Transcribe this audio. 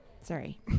Sorry